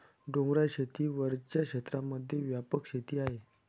डोंगराळ शेती वरच्या क्षेत्रांमध्ये व्यापक शेती आहे